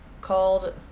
called